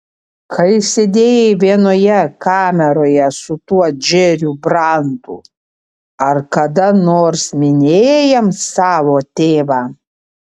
kai sėdėjai vienoje kameroje su tuo džeriu brantu ar kada nors minėjai jam savo tėvą